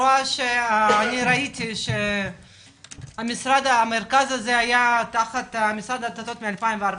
ראיתי שהמרכז הזה היה תחת משרד הדתות מ-2014.